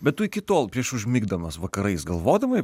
bet tu iki tol prieš užmigdamas vakarais galvodavai